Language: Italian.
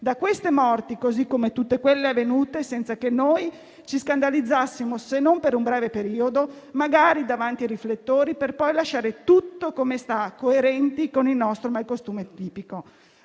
da queste morti, come da tutte quelle avvenute senza che noi ci scandalizzassimo, se non per un breve periodo, magari davanti ai riflettori, per poi lasciare tutto come sta, coerenti con il nostro malcostume tipico.